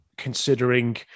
Considering